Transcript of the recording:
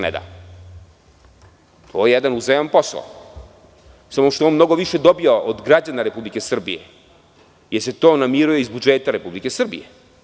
To je jedan uzajaman posao, samo što on mnogo više dobija od građana Republike Srbije jer se to namiruje iz budžeta Republike Srbije.